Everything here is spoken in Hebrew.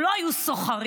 הם לא היו סוחרים.